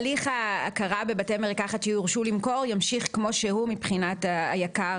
הליך ההכרה בבתי מרקחת שיורשו למכור ימשיך כמו שהוא מבחינת היק"ר.